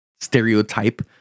stereotype